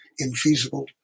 infeasible